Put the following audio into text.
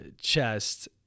chest